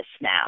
now